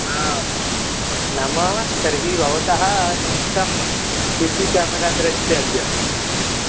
आं नाम तर्हि भवतः निमित्तं सि सि केमेरा दृष्टब्यं